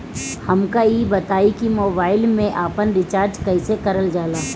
हमका ई बताई कि मोबाईल में आपन रिचार्ज कईसे करल जाला?